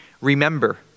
remember